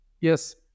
yes